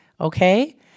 okay